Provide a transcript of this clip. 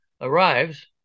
arrives